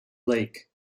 lake